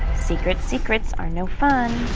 secrets secrets are no fun.